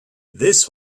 this